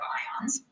ions